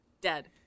dead